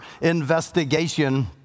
investigation